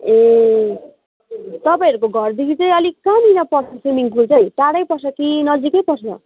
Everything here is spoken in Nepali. ए तपाईँहरूको घरदेखि चाहिँ अलिक कहाँनिर पर्छ स्विमिङ्ग पुल चाहिँ टाडै पर्छ कि नजिकै पर्छ